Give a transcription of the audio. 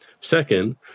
Second